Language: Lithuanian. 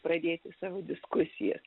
pradėti savo diskusiją